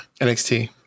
NXT